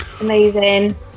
amazing